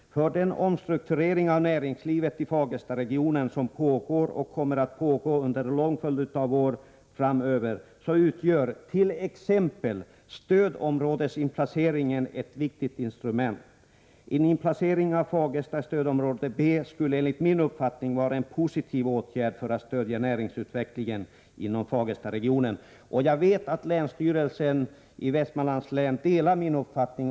För den omstrukturering av näringslivet i Fagerstaregionen som pågår, och som kommer att pågå under en lång följd av år framöver, utgör t.ex. stödområdesindelningen ett viktigt instrument. En placering av Fagersta i stödområde B skulle enligt min uppfattning vara en positiv åtgärd när det gäller att stödja näringsutvecklingen inom Fagerstaregionen. Jag vet att länsstyrelsen i Västmanlands län delar min uppfattning.